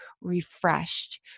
refreshed